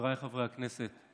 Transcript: חבריי חברי הכנסת,